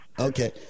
Okay